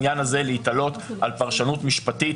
אי אפשר בעניין הזה להיתלות על פרשנות משפטית,